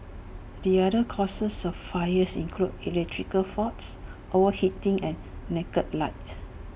the other causes of fires include electrical faults overheating and naked lights